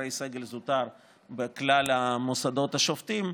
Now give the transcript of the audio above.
חברי הסגל הזוטר בכלל המוסדות השובתים,